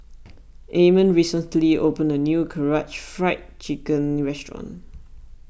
Amon recently opened a new Karaage Fried Chicken restaurant